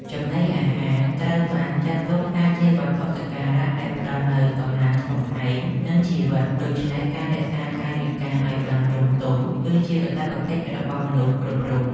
ចំណីអាហារត្រូវបានចាត់ទុកថាជាវត្ថុសក្ការៈដែលផ្តល់នូវកម្លាំងកំហែងនិងជីវិត ដូច្នេះការរក្សាកាយវិការឱ្យបានរម្យទមគឺជាកាតព្វកិច្ចរបស់មនុស្សគ្រប់រូប។